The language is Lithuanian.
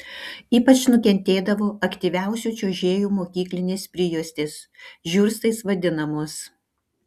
ypač nukentėdavo aktyviausių čiuožėjų mokyklinės prijuostės žiurstais vadinamos